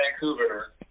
Vancouver